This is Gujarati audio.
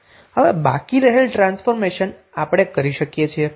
હવે બાકી રહેલ ટ્રાન્સફોર્મેશન આપણે કરી શકીએ છીએ